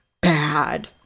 bad